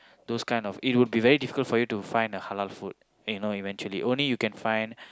those kind of it will be difficult for you to find the halal food you know eventually only you can find